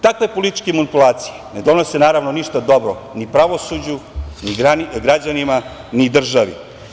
Takve političke manipulacije ne donose ništa dobro ni pravosuđu, ni građanima, ni državi.